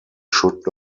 should